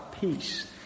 peace